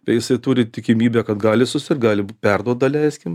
tai jisai turi tikimybę kad gali susirgt gali būt perduot daleiskim